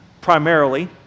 primarily